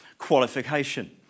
qualification